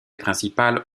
principale